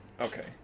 Okay